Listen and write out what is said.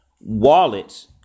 wallets